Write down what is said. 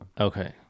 Okay